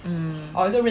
mm